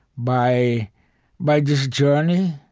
by by this journey,